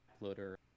loader